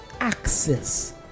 access